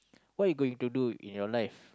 what you going to do in your life